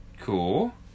Cool